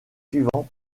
suivant